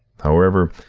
however,